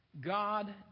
God